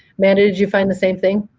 amanda, did you find the same thing?